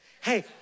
Hey